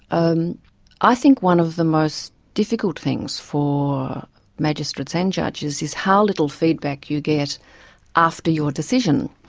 um i think one of the most difficult things for magistrates and judges is how little feedback you get after your decision.